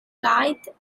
light